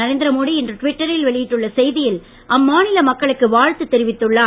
நரேந்திரமோடி இன்று ட்விட்டரில் வெளியிட்டுள்ள செய்தியில் அம்மாநில மக்களுக்கு வாழ்த்து தெரிவித்துள்ளார்